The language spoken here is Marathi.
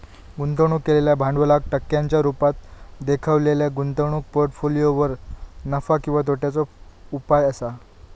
गुंतवणूक केलेल्या भांडवलाक टक्क्यांच्या रुपात देखवलेल्या गुंतवणूक पोर्ट्फोलियोवर नफा किंवा तोट्याचो उपाय असा